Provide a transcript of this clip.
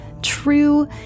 true